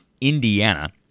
Indiana